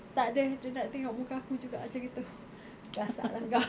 takde dia nak tengok muka aku juga macam gitu gasak lah kau